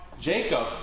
Jacob